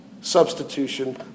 substitution